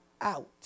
out